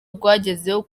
rwagezeho